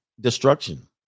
destruction